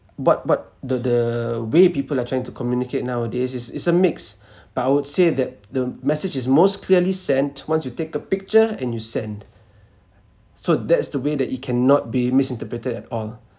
what what the the way people are trying to communicate nowadays is is a mix but I would say that the message is most clearly sent once you take a picture and you send so that's the way that it cannot be misinterpreted at all